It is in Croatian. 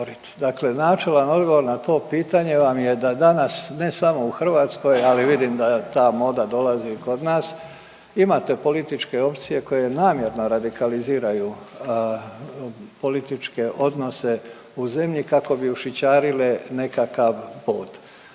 dakle načelan odgovor na to pitanje vam je da danas ne samo u Hrvatskoj, ali vidim da ta moda dolazi i kod nas, imate političke opcije koje namjerno radikaliziraju političke odnose u zemlji kako bi ušićarile nekakav bod,